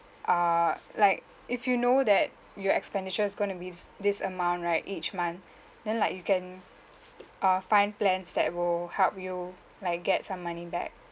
err like if you know that your expenditure is going to be is this amount right each month then like you can uh find plans that will help you like get some money back